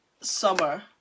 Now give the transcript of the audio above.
Summer